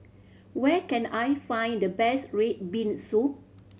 where can I find the best red bean soup